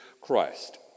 Christ